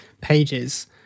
pages